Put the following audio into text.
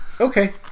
Okay